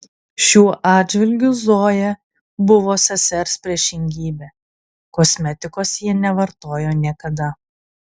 šiuo atžvilgiu zoja buvo sesers priešingybė kosmetikos ji nevartojo niekada